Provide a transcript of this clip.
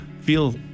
feel